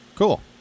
Cool